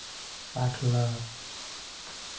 Patna